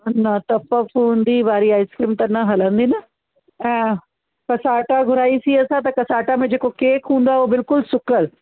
न त फ़फ़ूंदी वारी आइसक्रीम त न हलंदी न ऐं कसाटा घुराइसीं असां त कसाटा में जेको केक हूंदो आहे उहो बिल्कुलु सुकलु